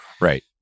Right